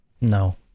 No